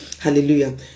hallelujah